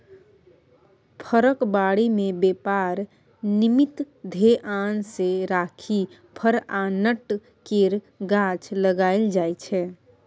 फरक बारी मे बेपार निमित्त धेआन मे राखि फर आ नट केर गाछ लगाएल जाइ छै